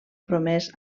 promés